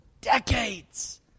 decades